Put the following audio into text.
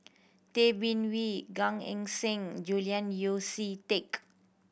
Tay Bin Wee Gan Eng Seng Julian Yeo See Teck